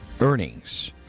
earnings